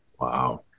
Wow